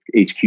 HQ